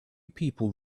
people